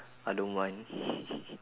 I don't mind